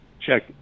check